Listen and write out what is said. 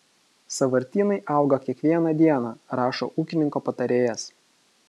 sąvartynai auga kiekvieną dieną rašo ūkininko patarėjas